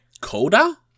Coda